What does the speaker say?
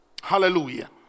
Hallelujah